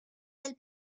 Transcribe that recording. del